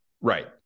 right